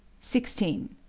sixteen.